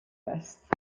است